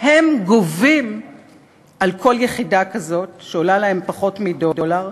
הם גובים על כל יחידה כזאת, שעולה להם פחות מדולר,